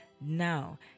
Now